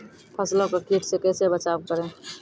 फसलों को कीट से कैसे बचाव करें?